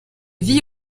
vit